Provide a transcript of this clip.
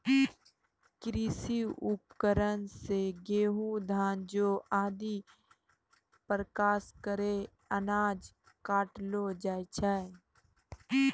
कृषि उपकरण सें गेंहू, धान, जौ आदि प्रकार केरो अनाज काटलो जाय छै